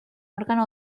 órgano